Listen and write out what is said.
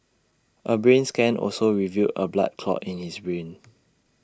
A brain scan also revealed A blood clot in his brain